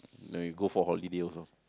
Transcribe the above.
then you go for holiday also